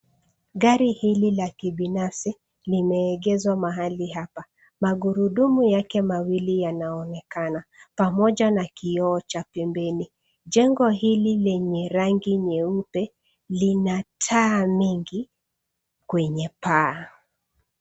Gari hili la kibinafsi limeegezwa mahali hapa. Magururudumu yake mawili yanaonekana pamoja na kioo cha pembeni. Jengo hili lenye rangi nyeupe lina taa nyingi kwenye paa.